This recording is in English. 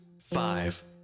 five